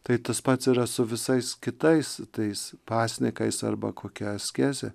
tai tas pats yra su visais kitais tais pasninkais arba kokia askezė